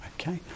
Okay